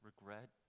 regret